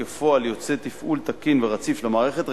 וכפועל יוצא תפעול תקין ורציף של המערכת,